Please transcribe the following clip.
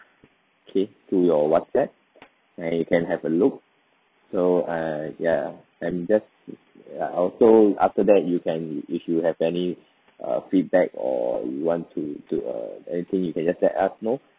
okay to your WhatsApp and you can have a look so uh ya and just err also after that you can if you have any uh feedback or you want to do uh anything you can just let us know